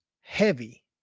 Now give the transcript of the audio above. heavy